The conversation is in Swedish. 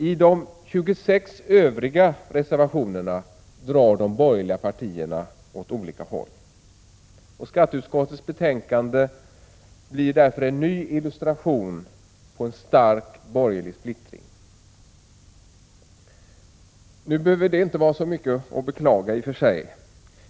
I de 26 Övriga reservationerna drar de borgerliga partierna åt olika håll. Skatteutskottets betänkande blir därför en ny illustration till en stark borgerlig splittring. Nu behöver det i och för sig inte vara så mycket att beklaga.